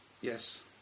Yes